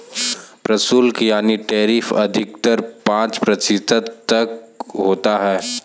प्रशुल्क यानी टैरिफ अधिकतर पांच प्रतिशत तक होता है